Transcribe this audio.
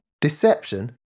Deception